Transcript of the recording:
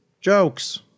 Jokes